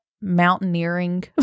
Mountaineering